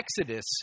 exodus